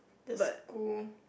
the school